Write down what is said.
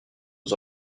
aux